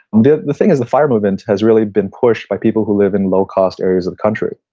the the thing is the fire movement has really been pushed by people who live in low cost areas of the country.